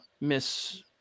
miss